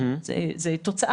אז את אומרת